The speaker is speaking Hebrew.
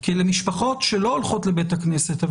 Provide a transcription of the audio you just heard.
כי אלה משפחות שלא הולכות לבית הכנסת,